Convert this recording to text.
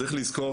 צריך לזכור